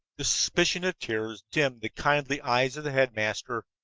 the suspicion of tears dimmed the kindly eyes of the headmaster,